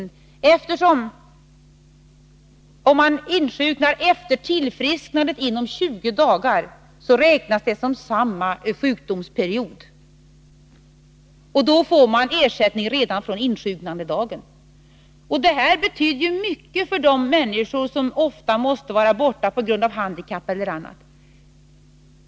Om man insjunknar inom 20 dagar efter tillfrisknandet, så räknas det som samma sjukdomsperiod, och då får man ersättning redan från insjunknandedagen. Detta betyder mycket för de människor som ofta måste vara borta på grund av handikapp eller annat.